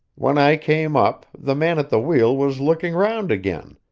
when i came up, the man at the wheel was looking round again,